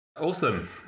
Awesome